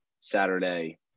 Saturday